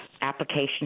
Application